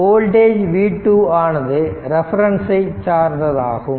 voltage v2 ஆனது ரெபரன்ஸ்ன்சை சார்ந்ததாகும்